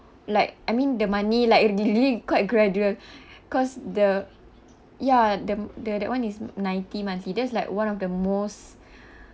like I mean the money like really quite gradual cause the ya the the that one is ninety months it's just like one of the most